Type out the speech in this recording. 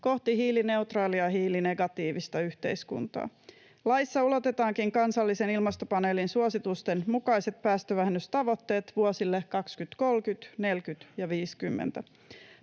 kohti hiilineutraalia, hiilinegatiivista yhteiskuntaa. Laissa ulotetaankin kansallisen ilmastopaneelin suositusten mukaiset päästövähennystavoitteet vuosille 2030, 2040 ja 2050.